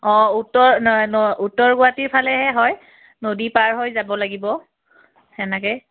অঁ উত্তৰ উত্তৰ গুৱাহাটীৰফালেহে হয় নদী পাৰ হৈ যাব লাগিব সেনেকৈ